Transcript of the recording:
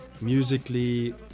musically